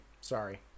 sorry